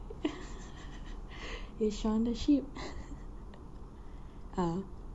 !yay! shaun the sheep ah